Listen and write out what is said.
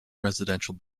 residential